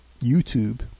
YouTube